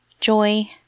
joy